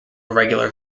irregular